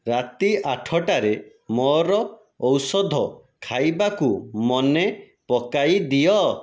ରାତି ଆଠଟାରେ ମୋର ଔଷଧ ଖାଇବାକୁ ମନେ ପକାଇ ଦିଅ